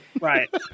Right